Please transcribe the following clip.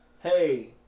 Hey